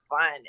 fun